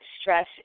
stress